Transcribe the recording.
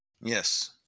Yes